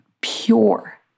pure